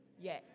Yes